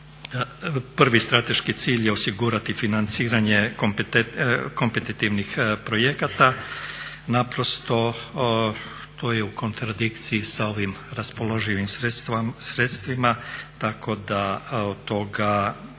prvi strateški cilj je osigurati financiranje kompetitivnih projekata. Naprosto to je u kontradikciji sa ovim raspoloživim sredstvima, tako da od toga